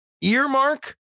earmark